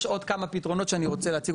יש עוד כמה פתרונות שאני רוצה להציג